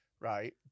right